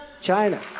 China